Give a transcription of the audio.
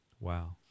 wow